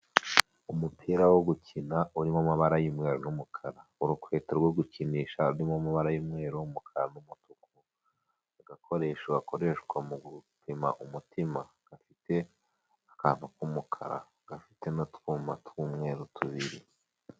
Umupira wo gukina urimo amabara y'umweru n'umukara. Urukweto rwo gukinisha rurimo amabara y'umweru, umukara n'umutuku. Agakoresho gakoreshwa mu gupima umutima, gafite akantu k'umukara gafite n'utwuma tw'umweru tubiri.